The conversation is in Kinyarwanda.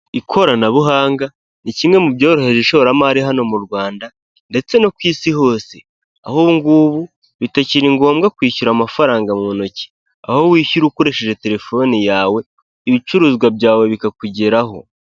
Ikoranabuhanga ni kimwe mu byoroheje ishoramari hano mu Rwanda ndetse no ku Isi hose, aho ubu ngubu bitakiri ngombwa kwishyura amafaranga mu ntoki, aho wishyura ukoresheje terefoni yawe ibicuruzwa byawe bikakugeraho.